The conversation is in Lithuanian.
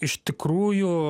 iš tikrųjų